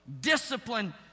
discipline